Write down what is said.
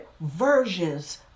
versions